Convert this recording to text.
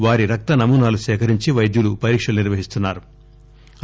వారి రక్త నమూనాలు సేకరించి వైద్యులు పరీక్షలు నిర్వహిస్తున్నారు